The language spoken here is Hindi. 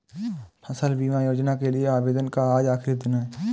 फसल बीमा योजना के लिए आवेदन का आज आखरी दिन है